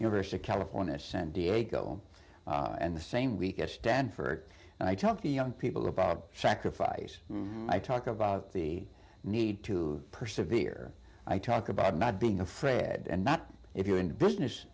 university of california san diego and the same week at stanford and i talk to young people about sacrifice i talk about the need to persevere i talk about not being afraid and not if you're in business